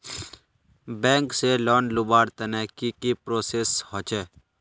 Bank से loan लुबार तने की की प्रोसेस होचे?